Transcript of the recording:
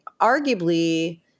arguably